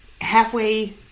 Halfway